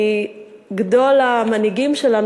כי גדול המנהיגים שלנו,